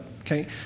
okay